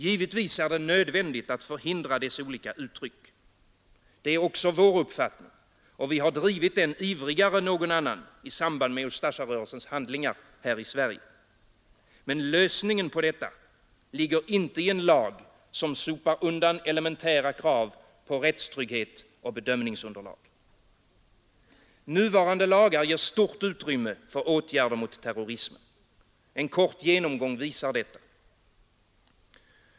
Givetvis är det nödvändigt att förhindra dess olika uttryck. Det är också vår uppfattning, och vi har drivit den ivrigare än någon annan i samband med Ustasja-rörelsens handlingar här i Sverige. Men lösningen på detta ligger inte i en lag, som sopar undan elementära krav på rättstrygghet och bedömningsunderlag. Nuvarande lagar ger stort utrymme för åtgärder mot terrorismen. En genomgång visar detta.